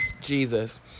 Jesus